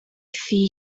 thŷ